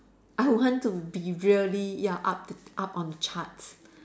I want to be really ya up the up on the charts